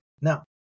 Now